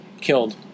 Killed